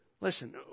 Listen